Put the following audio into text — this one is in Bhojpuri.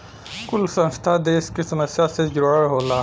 कुल संस्था देस के समस्या से जुड़ल होला